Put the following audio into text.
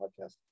podcast